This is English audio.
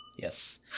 Yes